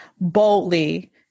boldly